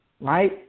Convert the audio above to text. right